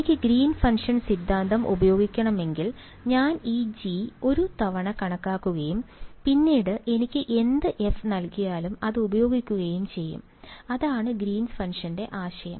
എനിക്ക് green function സിദ്ധാന്തം ഉപയോഗിക്കണമെങ്കിൽ ഞാൻ ഈ G ഒരു തവണ കണക്കാക്കുകയും പിന്നീട് എനിക്ക് എന്ത് f നൽകിയാലും അത് ഉപയോഗിക്കുകയും ചെയ്യും അതാണ് ഗ്രീൻസ് ഫംഗ്ഷന്റെ ആശയം